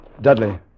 Dudley